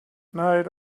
night